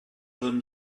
them